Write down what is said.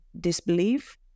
disbelief